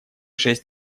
шесть